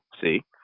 See